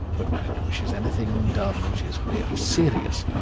but when it wishes anything done which is really serious,